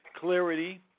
clarity